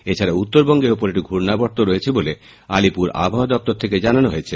এছাড়া উত্তরবঙ্গের ওপর একটি ঘূর্ণাবর্ত রয়েছে বলে আলিপুর আবহাওয়া দফতর থেকে জানানো হয়েছে